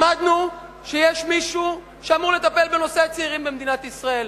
למדנו שיש מישהו שאמור לטפל בנושא הצעירים במדינת ישראל.